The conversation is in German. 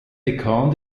dekan